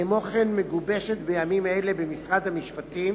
כמו כן מגובשת בימים אלה במשרד המשפטים